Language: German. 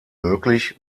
möglich